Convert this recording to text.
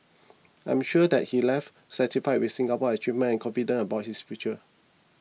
I am sure that he left satisfied with Singapore's achievements and confident about his future